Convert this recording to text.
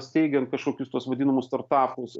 steigiant kažkokius tuos vadinamus startapus